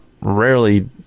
rarely